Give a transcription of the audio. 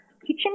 kitchen